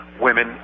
women